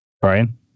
Brian